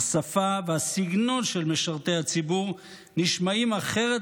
השפה והסגנון של משרתי הציבור נשמעים אחרת